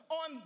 on